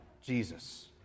Jesus